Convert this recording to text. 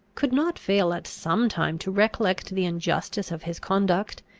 could not fail at some time to recollect the injustice of his conduct,